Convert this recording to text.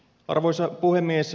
arvoisa puhemies